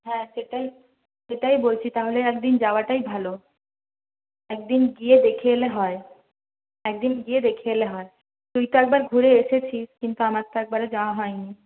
হ্যাঁ সেটাই সেটাই বলছি তাহলে একদিন যাওয়াটাই ভালো একদিন গিয়ে দেখে এলে হয় একদিন গিয়ে দেখে এলে হয় তুই তো একবার ঘুরে এসেছিস কিন্তু আমার তো একবারও যাওয়া হয়নি